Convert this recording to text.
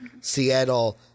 Seattle